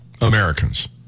Americans